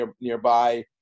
nearby